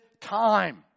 time